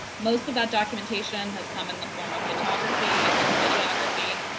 most of that documentation has come in the form of photography and videography.